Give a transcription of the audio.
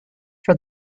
for